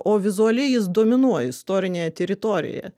o vizualiai jis dominuoja istorinėje teritorijoje